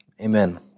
amen